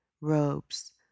robes